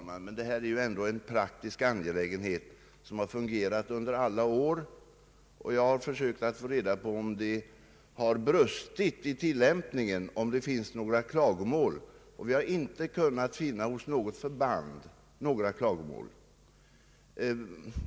Herr talman! Det gäller ju ändå här en praktisk angelägenhet som har fungerat under alla förhållanden. Jag har försökt att ta reda på om det har brustit i tillämpningen av bestämmelserna på detta område och om det har framförts några klagomål mot denna ordning. Vi har inte kunnat finna att det vid något förband framförts några klagomål.